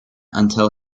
until